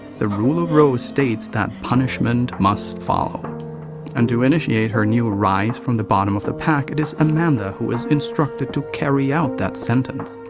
the rule of rose states that punishment must follow and to initiate her new rise from the bottom of the pack, it is amanda who is instructed to carry out that sentence.